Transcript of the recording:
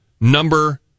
number